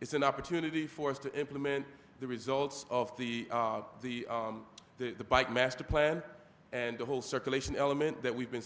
it's an opportunity for us to implement the results of the the the bike master plan and the whole circulation element that we've been